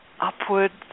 upwards